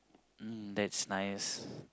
mm that's nice